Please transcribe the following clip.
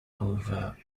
over